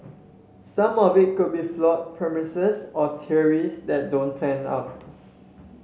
some of it could be flawed premises or theories that don't pan out